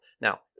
now